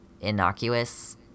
innocuous